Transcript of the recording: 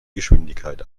geschwindigkeit